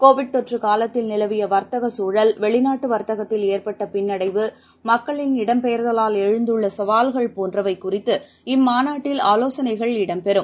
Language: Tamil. கோவிட் தொற்றுகாலத்தில் நிலவியவர்த்தககுழல் வெளிநாட்டுவர்த்தகத்தில் ஏற்பட்டபின்னடைவு மக்களின் இடம் பெயர்தவால் எழுந்துள்ளசவால்கள் போன்றவைகுறித்து இம்மாநாட்டில் ஆலோசனைகள் இடம் பெறம்